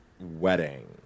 wedding